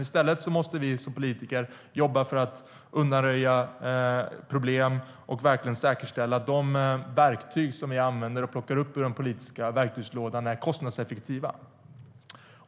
I stället måste vi politiker jobba för att undanröja problem och säkerställa att de verktyg som vi plockar upp ur den politiska verktygslådan och använder är kostnadseffektiva.